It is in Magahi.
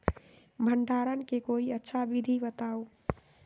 भंडारण के कोई अच्छा विधि बताउ?